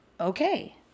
okay